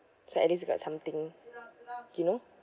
so at least you got something you know